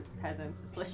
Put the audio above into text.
peasants